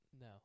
no